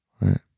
right